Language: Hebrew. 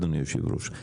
אדוני היושב ראש,